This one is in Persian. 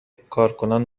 کارکنان